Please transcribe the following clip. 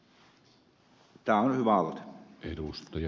tämä on hyvä aloite